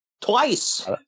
Twice